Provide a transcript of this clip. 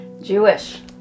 Jewish